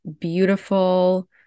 beautiful